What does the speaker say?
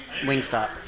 Wingstop